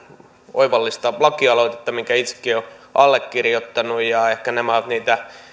oivallista lakialoitetta minkä itsekin olen allekirjoittanut ehkä nämä ovat niitä